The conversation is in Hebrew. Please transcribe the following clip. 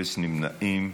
אפס נמנעים.